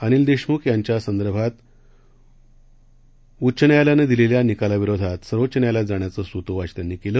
अनिल देशमुख यांच्या संदर्भात उच्च न्यायालयानं दिलेल्या निकाला विरोधात सर्वोच्च न्यायालयात जाण्याचं सूतोवाच त्यांनी केलं